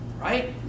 right